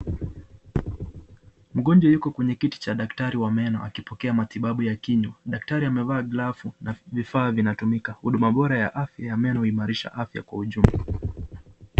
Mgonjwa yuko kwenye kiti cha daktari wa meno akipokea matibabu ya kinywa. Daktari amevaa glavu na vifaa vinatumika. Huduma bora ya afya ya meno huimarisha afya kwa ujumla.